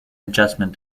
adjustment